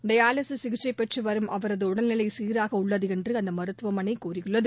dialysis சிகிச்சை பெற்றுவரும் அவரது உடல்நிலை சீராக உள்ளது என்று அந்த மருத்துவமனை தெரிவித்துள்ளது